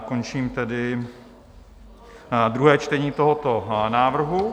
Končím tedy druhé čtení tohoto návrhu.